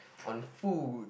on food